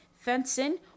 fencing